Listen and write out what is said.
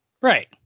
Right